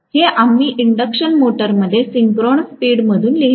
हे आम्ही इंडक्शन मोटरमध्ये सिंक्रोनस स्पीड म्हणून लिहिले